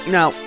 Now